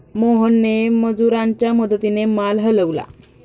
मोहनने मजुरांच्या मदतीने माल हलवला